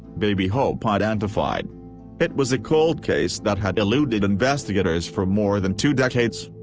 baby hope identified it was a cold case that had eluded investigators for more than two decades.